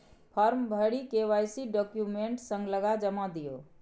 farm भरि KYC document संग लगा जमा दियौ